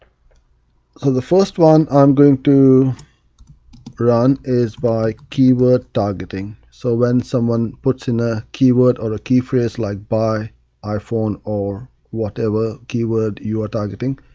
so the first one i'm going to run is by keyword targeting. so when someone puts in a keyword or key phrase like buy iphone or whatever keyword you're targeting,